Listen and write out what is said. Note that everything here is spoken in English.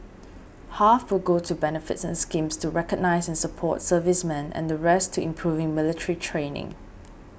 half will go to benefits and schemes to recognise and support servicemen and the rest to improving military training